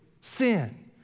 sin